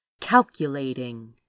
calculating